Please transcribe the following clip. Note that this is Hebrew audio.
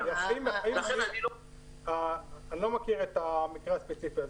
זה לא מקרה ספציפי.